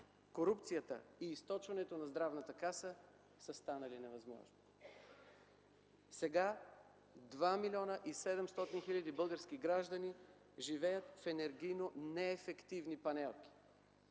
Корупцията и източването на Здравната каса са станали невъзможни. - Сега 2 млн. 700 хил. български граждани живеят в енергийно неефективни панелки.